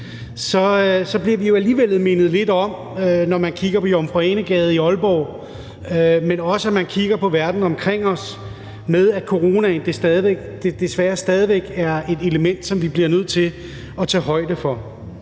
så bliver vi jo alligevel, når man kigger på Jomfru Ane Gade i Aalborg og også på verden omkring os, mindet om, at coronaen desværre stadig væk er et element, som vi bliver nødt til at tage højde for.